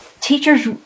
teachers